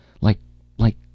Like—like